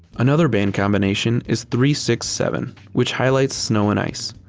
another band combination is three six seven, which highlights snow and ice.